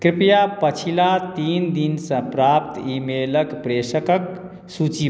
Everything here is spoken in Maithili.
कृपया पछिला तीन दिन सँ प्राप्त ईमेलक प्रेषकक सूची